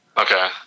Okay